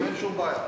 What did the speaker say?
ואין שום בעיה.